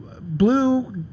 blue